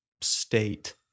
state